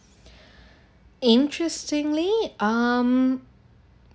interestingly um